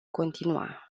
continua